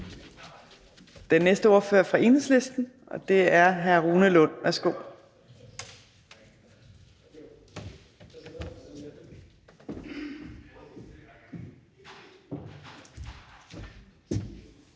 Den næste ordfører er fra Enhedslisten, og det er hr. Rune Lund. Værsgo.